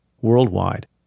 worldwide